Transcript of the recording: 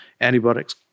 antibiotics